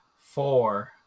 four